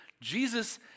Jesus